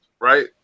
right